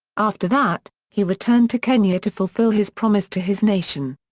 after that, he returned to kenya to fulfill his promise to his nation.